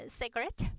secret